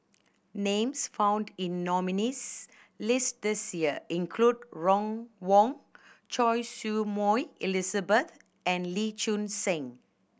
names found in nominees' list this year include Ron Wong Choy Su Moi Elizabeth and Lee Choon Seng